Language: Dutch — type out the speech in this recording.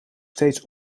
steeds